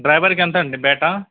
డ్రైవర్కి ఎంత అండి బేట